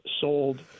sold